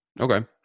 Okay